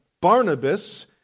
Barnabas